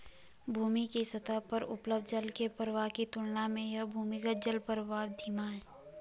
भूमि के सतह पर उपलब्ध जल के प्रवाह की तुलना में यह भूमिगत जलप्रवाह धीमा है